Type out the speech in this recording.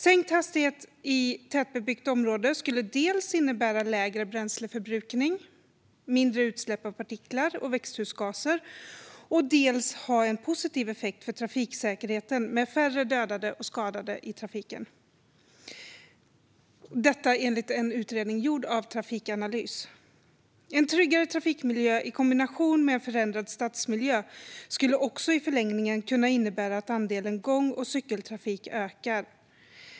Sänkt hastighet i tätbebyggt område skulle dels innebära lägre bränsleförbrukning, mindre utsläpp av partiklar och växthusgaser, dels ha en positiv effekt för trafiksäkerheten med färre dödade och skadade i trafiken, detta enligt en utredning gjord av Trafikanalys. En tryggare trafikmiljö i kombination med en förändrad stadsmiljö skulle i förlängningen också kunna innebära att andelen gång och cykeltrafik ökar.